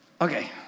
okay